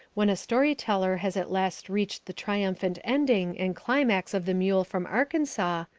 when a story-teller has at last reached the triumphant ending and climax of the mule from arkansas,